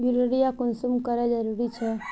Urea कुंसम करे जरूरी छै?